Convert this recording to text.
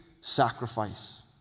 sacrifice